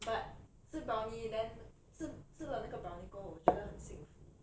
but 吃 brownie then 吃吃了那个 brownie 过后我觉得很幸福